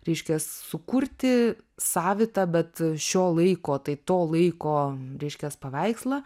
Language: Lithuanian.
reiškias sukurti savitą bet šio laiko tai to laiko reiškias paveikslą